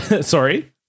Sorry